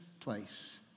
place